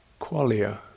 qualia